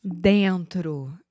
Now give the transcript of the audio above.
Dentro